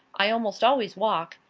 i almost always walk,